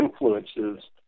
influences